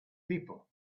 people